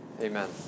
amen